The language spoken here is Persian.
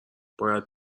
باید